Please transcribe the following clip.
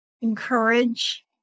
encourage